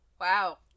Wow